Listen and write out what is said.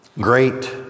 Great